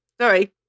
Sorry